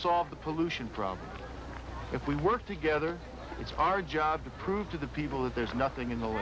solve the pollution problem if we work together it's our job to prove to the people that there's nothing in the